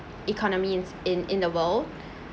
economy is in in the world